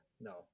no